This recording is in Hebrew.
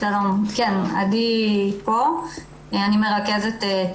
אני מרכזת את